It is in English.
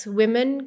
women